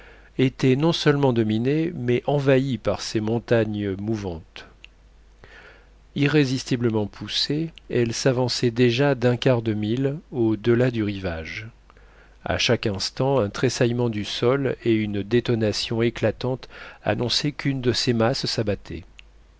était non seulement dominé mais envahi par ces montagnes mouvantes irrésistiblement poussées elles s'avançaient déjà d'un quart de mille au-delà du rivage à chaque instant un tressaillement du sol et une détonation éclatante annonçaient qu'une de ces masses s'abattait